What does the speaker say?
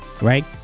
right